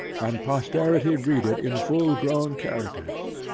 and posterity read it in full grown characters.